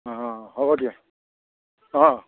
অ হ'ব দিয়া অঁ